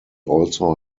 also